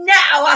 now